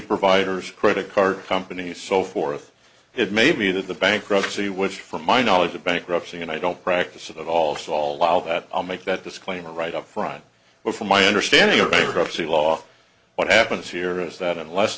providers credit card companies so forth it may be that the bankruptcy which from my knowledge of bankruptcy and i don't practice of all saul out at all make that disclaimer right up front but from my understanding of bankruptcy law what happens here is that unless